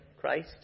Christ